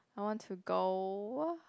I want to go